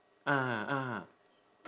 ah ah